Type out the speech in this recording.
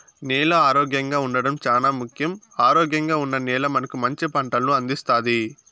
నేల ఆరోగ్యంగా ఉండడం చానా ముఖ్యం, ఆరోగ్యంగా ఉన్న నేల మనకు మంచి పంటలను అందిస్తాది